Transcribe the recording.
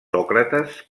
sòcrates